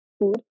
food